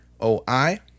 O-I